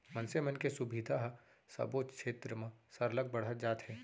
मनसे मन के सुबिधा ह सबो छेत्र म सरलग बढ़त जात हे